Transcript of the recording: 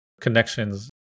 connections